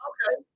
Okay